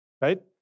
right